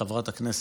הכנסת",